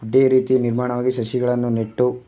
ಇದೇ ರೀತಿ ನಿರ್ಮಾಣವಾಗಿ ಸಸಿಗಳನ್ನು ನೆಟ್ಟು